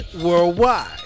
worldwide